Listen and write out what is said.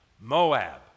Moab